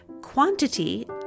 quantity